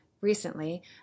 recently